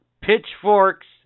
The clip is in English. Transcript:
pitchforks